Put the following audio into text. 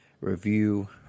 review